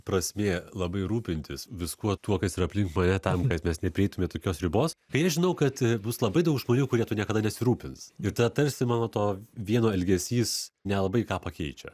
prasmė labai rūpintis viskuo tuo kas yra aplink mane tam kad mes neprieitume tokios ribos kai aš žinau kad bus labai daug žmonių kurie tuo niekada nesirūpins ir tada tarsi mano to vieno elgesys nelabai ką pakeičia